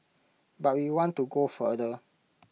but we want to go further